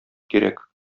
кирәк